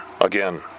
again